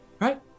Right